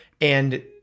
and-